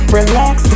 relax